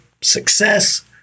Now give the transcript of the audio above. success